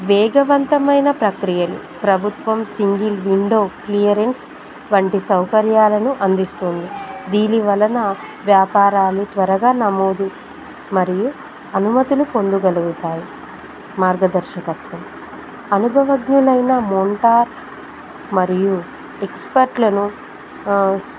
వేగవంతమైన ప్రక్రియలు ప్రభుత్వం సింగిల్ విండో క్లియరెన్స్ వంటి సౌకర్యాలను అందిస్తుంది దీని వలన వ్యాపారాలు త్వరగా నమోదు మరియు అనుమతులు పొందగలుగుతాయి మార్గదర్శకత్వం అనుభవజ్ఞులైన మెంటర్ మరియు ఎక్స్పర్ట్లను